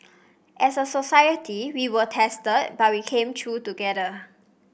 as a society we were tested but we came through together